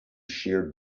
sheared